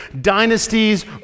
Dynasties